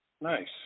Nice